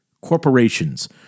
corporations